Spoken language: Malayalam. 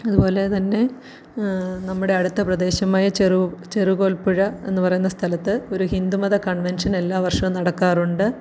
അതുപോലെ തന്നെ നമ്മുടെ അടുത്ത പ്രദേശമായ ചെറു ചെറുകോൽപുഴ എന്നു പറയുന്ന സ്ഥലത്ത് ഒരു ഹിന്ദുമത കൺവെൻഷൻ എല്ലാ വർഷവും നടക്കാറുണ്ട്